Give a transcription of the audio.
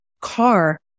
car